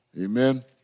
Amen